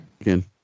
again